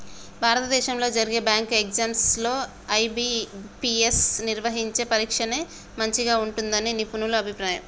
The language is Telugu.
భారతదేశంలో జరిగే బ్యాంకు ఎగ్జామ్స్ లో ఐ.బీ.పీ.ఎస్ నిర్వహించే పరీక్షనే మంచిగా ఉంటుందని నిపుణుల అభిప్రాయం